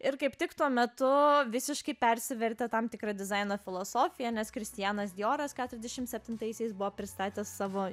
ir kaip tik tuo metu visiškai persivertė tam tikra dizaino filosofija nes kristianas dioras keturiasdešim septintaisiais buvo pristatęs savo